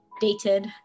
dated